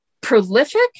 prolific